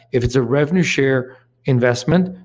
if it's a revenue share investment,